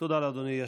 תודה לאדוני.